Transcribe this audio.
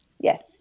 Yes